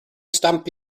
stamp